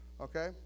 Okay